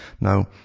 Now